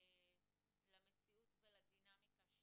למציאות ולדינמיקה שמתרחשת.